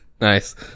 Nice